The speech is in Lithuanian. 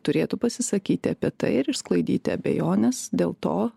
turėtų pasisakyti apie tai ir išsklaidyti abejones dėl to